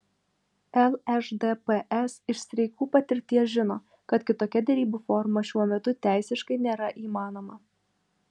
lšdps iš streikų patirties žino kad kitokia derybų forma šiuo metu teisiškai nėra įmanoma